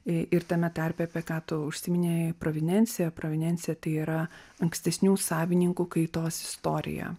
ir tame tarpe apie ką tu užsiminei provinencija provinencija tai yra ankstesnių savininkų kaitos istorija